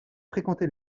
fréquenté